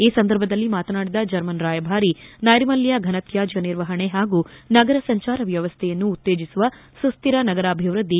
ಈ ಸಂದರ್ಭದಲ್ಲಿ ಮಾತನಾಡಿದ ಜರ್ಮನ್ ರಾಯಭಾರಿ ನೈರ್ಮಲ್ಯ ಫನತ್ಯಾಜ್ಯ ನಿರ್ವಹಣೆ ಹಾಗೂ ನಗರ ಸಂಚಾರ ವ್ಯವಸ್ಥೆಯನ್ನು ಉತ್ತೇಜಿಸುವ ಸುಸ್ಕಿರ ನಗರಾಭಿವೃದ್ಧಿ